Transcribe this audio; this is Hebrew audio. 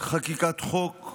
חקיקת חוק אחר,